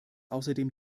außerdem